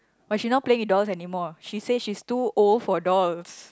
but she not playing with dolls anymore she say she's too old for dolls